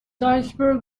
iceberg